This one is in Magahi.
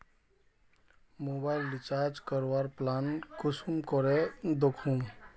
मोबाईल रिचार्ज करवार प्लान कुंसम करे दखुम?